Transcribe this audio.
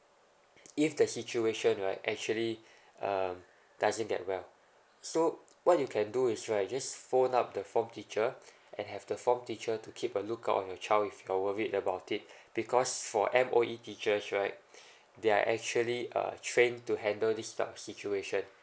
if the situation right actually uh doesn't that well so what you can do is right just phone up the form teacher and have the form teacher to keep a lookout on your child if you're worried about it because for M_O_E teachers right they are actually uh train to handle this type of situation